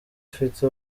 afite